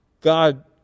God